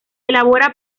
elabora